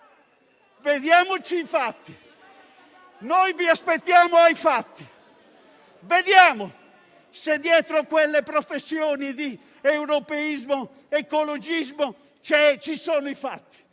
vediamo i fatti! Noi vi aspettiamo ai fatti! Vediamo se, dietro quelle professioni di europeismo e di ecologismo, ci sono i fatti.